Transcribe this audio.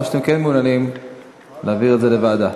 או שאתם כן מעוניינים להעביר את זה לוועדה.